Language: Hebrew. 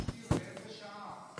באיזו שעה?